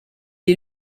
est